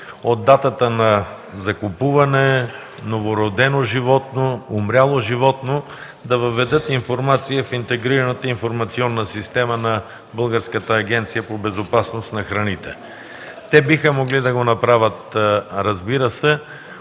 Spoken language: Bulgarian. от датата на закупуване, новородено животно, умряло животно да въведат информация в интегрираната информационна система на Българската агенция по безопасност на храните. Те биха могли да го направят, разбира се,